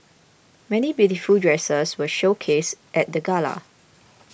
many beautiful dresses were showcased at the gala